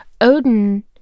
odin